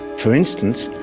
for instance,